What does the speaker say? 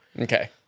Okay